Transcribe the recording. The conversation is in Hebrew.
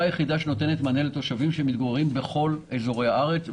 היחידה שנותנת מענה לתושבים שמתגוררים בכל אזורי הארץ,